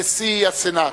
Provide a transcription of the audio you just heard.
נשיא הסנאט,